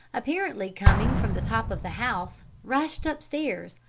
apparently coming from the top of the house, rushed upstairs,